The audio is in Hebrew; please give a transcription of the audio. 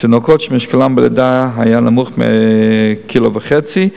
בקרב תינוקות שמשקלם בלידה היה נמוך מ-1,500 גרם,